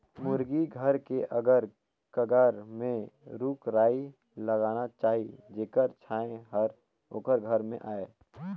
मुरगी घर के अगर कगर में रूख राई लगाना चाही जेखर छांए हर ओखर घर में आय